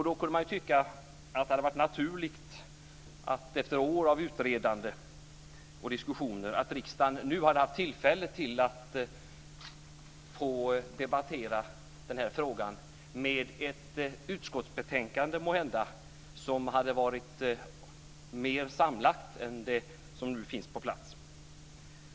Det hade då varit naturligt att riksdagen efter år av utredande och diskussioner nu hade haft tillfälle att debattera frågan med ett utskottsbetänkande som grund som måhända varit mer samlat än det som nu finns på plats.